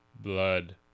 blood